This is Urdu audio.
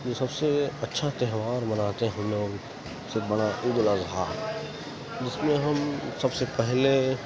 جو سب سے اچھا تہوار مناتے ہیں ہم لوگ سب سے بڑا عید الاضحیٰ جس میں ہم سب سے پہلے